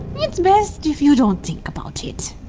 it's best if you don't think about it.